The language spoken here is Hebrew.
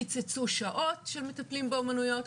קיצצו שעות של מטפלים באומנויות,